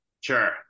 sure